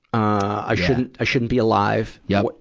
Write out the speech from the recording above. i shouldn't i shouldn't be alive. yeah what,